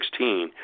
2016